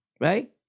right